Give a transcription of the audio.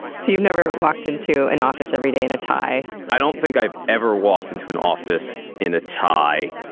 so, you've never walked into an office everyday in a tie. i don't think i've ever walked into an office in a tie.